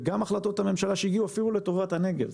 גם החלטות הממשלה שהגיעו גם לטובת הנגב,